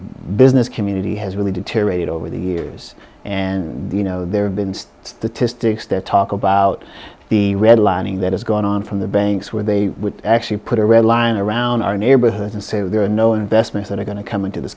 business community has really deteriorated over the years and you know there have been statistics that talk about the red lining that is going on from the banks where they actually put a red line around our neighborhoods and say there are no investments that are going to come into th